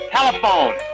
Telephone